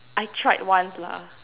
I tried once lah